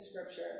scripture